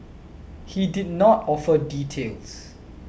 he did not offer details